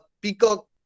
peacock